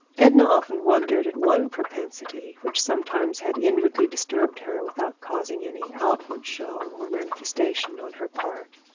edna often wondered at one propensity which sometimes had inwardly disturbed her without causing any outward show or manifestation on her part.